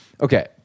okay